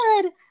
Good